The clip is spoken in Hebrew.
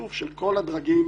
ובשיתוף של כל הדרגים,